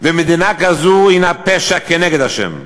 ומדינה כזו היא פשע נגד ה'.